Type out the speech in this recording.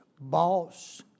boss